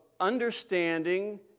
understanding